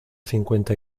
cincuenta